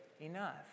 enough